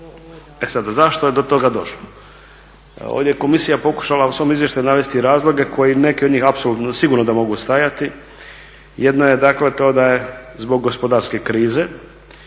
E sada zašto je do toga došlo? Ovdje je komisija pokušala u svom izvještaju navesti razloge … neke od njih apsolutno, sigurno da mogu ostajati. Jedna je dakle to da je zbog gospodarske krize